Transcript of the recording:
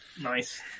Nice